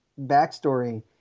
backstory –